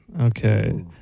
Okay